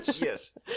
yes